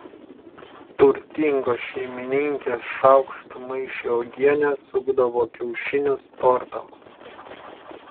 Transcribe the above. turtingos šeimininkės šaukštu maišė uogienę sukdavo kiaušinius tortams